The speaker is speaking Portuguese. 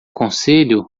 conselho